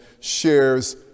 shares